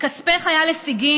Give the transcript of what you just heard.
אין סיוע לפליטים,